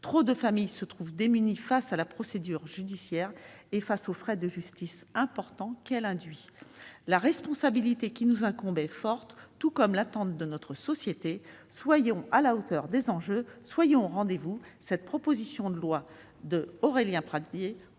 Trop de familles se trouvent démunies face à la procédure judiciaire et aux frais de justice importants que celle-ci induit. La responsabilité qui nous incombe est forte, tout comme l'attente de notre société. Soyons à la hauteur des enjeux, soyons au rendez-vous ! Cette proposition de loi d'Aurélien Pradié,